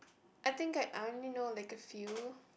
I think I only know like a few